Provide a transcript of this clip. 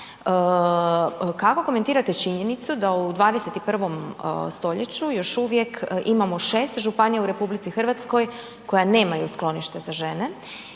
Kako komentirate činjenicu da u 21. st. još uvijek imamo 6 županija u RH koje nemaju sklonište za žene